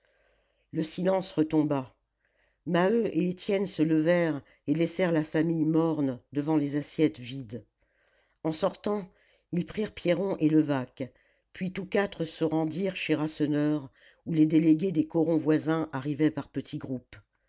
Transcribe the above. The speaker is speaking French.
le silence retomba maheu et étienne se levèrent et laissèrent la famille morne devant les assiettes vides en sortant ils prirent pierron et levaque puis tous quatre se rendirent chez rasseneur où les délégués des corons voisins arrivaient par petits groupes